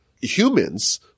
Humans